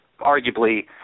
arguably